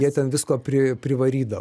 jie ten visko pri privaryda